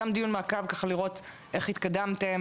גם דיון מעקב ככה לראות איך התקדמתם,